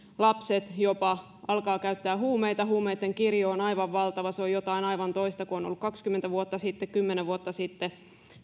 jopa lapset alkavat käyttää huumeita huumeitten kirjo on aivan valtava se on jotain aivan toista kuin on ollut kaksikymmentä vuotta sitten kymmenen vuotta sitten